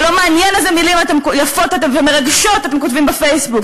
ולא מעניין אילו מילים יפות ומרגשות אתם כותבים בפייסבוק.